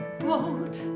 boat